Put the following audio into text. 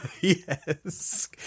Yes